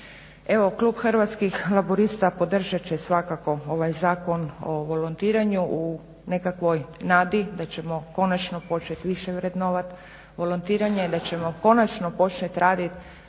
klub Hrvatskih laburista podržat će svakako ovaj Zakon o volontiranju u nekakvoj nadi da ćemo konačno početi više vrednovati volontiranje, da ćemo konačno početi raditi